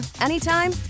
anytime